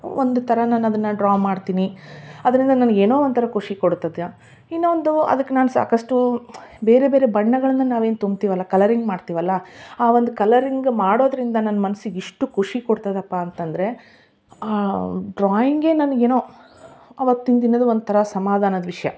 ಒಂದು ಥರ ನಾನದನ್ನ ಡ್ರಾ ಮಾಡ್ತೀನಿ ಅದರಿಂದ ನನ್ಗ ಏನೋ ಒಂದು ಥರ ಖುಷಿ ಕೊಡತ್ತೆ ಅದ ಇನ್ನೊಂದು ಅದಕ್ಕೆ ನಾನು ಸಾಕಷ್ಟು ಬೇರೆ ಬೇರೆ ಬಣ್ಣಗಳನ್ನ ನಾವೇನು ತುಂಬ್ತಿವಲ್ಲಾ ಕಲರಿಂಗ್ ಮಾಡ್ತೀವಲ್ಲ ಆ ಒಂದು ಕಲರಿಂಗ್ ಮಾಡೋದರಿಂದ ನನ್ನ ಮನ್ಸಿಗೆ ಇಷ್ಟು ಖುಷಿ ಕೊಡ್ತದಪ್ಪ ಅಂತಂದರೆ ಆ ಡ್ರಾಯಿಂಗೆ ನನ್ಗೇನೋ ಆವತ್ತಿನ ದಿನದ ಒಂದು ಥರ ಸಮಾಧಾನದ ವಿಷಯ